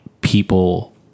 people